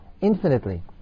infinitely